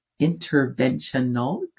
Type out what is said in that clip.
interventional